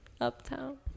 uptown